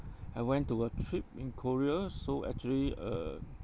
I went to a trip in korea so actually um